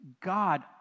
God